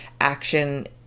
action